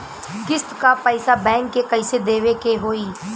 किस्त क पैसा बैंक के कइसे देवे के होई?